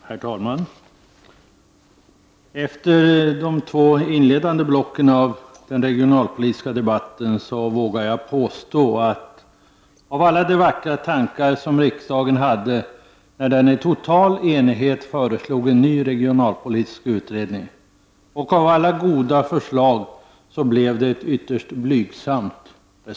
Herr talman! Efter de två inledande blocken i den regionalpolitiska debatten vågar jag påstå att resultatet av alla vackra tankar som riksdagen hade när den i total enighet föreslog en ny regionalpolitisk utredning och av alla goda förslag som fanns blev ytterst blygsamt.